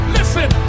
Listen